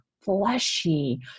fleshy